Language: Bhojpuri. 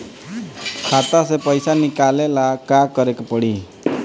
खाता से पैसा निकाले ला का करे के पड़ी?